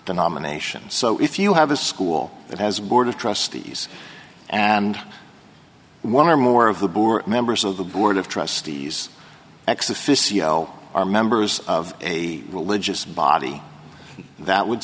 the nomination so if you have a school that has board of trustees and one or more of the board members of the board of trustees ex officio are members of a religious body that would